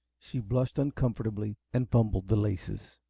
she blushed uncomfortably and fumbled the laces.